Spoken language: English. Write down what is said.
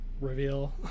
reveal